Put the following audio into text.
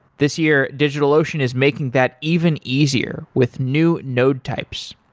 this year, digitalocean is making that even easier with new node types.